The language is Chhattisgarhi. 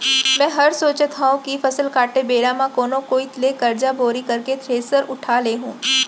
मैं हर सोचत हँव कि फसल काटे बेरा म कोनो कोइत ले करजा बोड़ी करके थेरेसर उठा लेहूँ